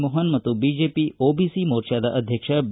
ಮೋಹನ್ ಮತ್ತು BJP OBC ಮೋರ್ಚಾದ ಅಧ್ಯಕ್ಷ ಬಿ